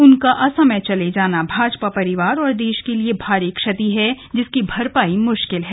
उनका असमय चले जाना भाजपा परिवार और देश के लिए भारी क्षति है जिसकी भरपाई मुश्किल है